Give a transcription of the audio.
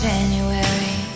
January